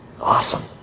Awesome